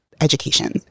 education